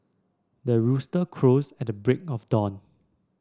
the rooster crows at the break of dawn